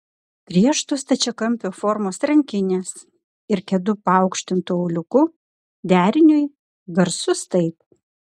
griežtos stačiakampio formos rankinės ir kedų paaukštintu auliuku deriniui garsus taip